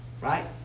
Right